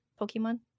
pokemon